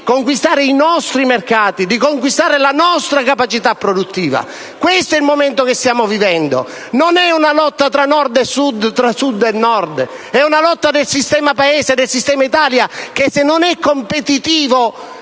di conquistare i nostri mercati e la nostra capacità produttiva. Questo è il momento che stiamo vivendo. Non è una lotta tra Nord e Sud e tra Sud e Nord. È una lotta del sistema Paese e del sistema Italia, che se non è competitivo